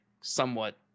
somewhat